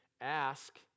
ask